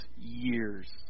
years